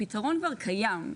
הפתרון כבר קיים.